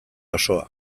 osoa